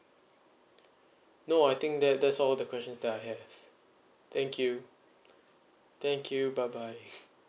no I think that that's all the questions I have thank you thank you bye bye